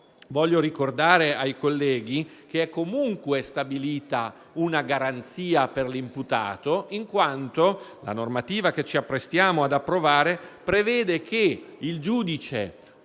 voglio ricordare ai colleghi che è comunque stabilita una garanzia per l'imputato, in quanto la normativa che ci apprestiamo ad approvare prevede che il giudice,